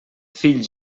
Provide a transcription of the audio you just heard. fills